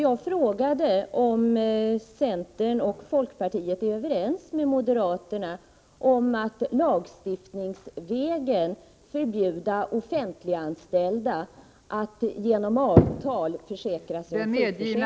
Jag frågade om centern och folkpartiet är överens med moderaterna om att lagstiftningsvägen förbjuda offentliganställda att genom avtal försäkra ——